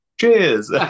Cheers